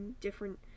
different